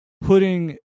putting